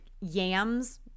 yams